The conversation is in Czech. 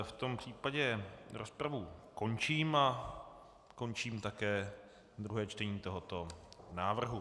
V tom případě rozpravu končím a končím také druhé čtení tohoto návrhu.